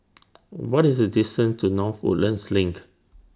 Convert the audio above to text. What IS The distance to North Woodlands LINK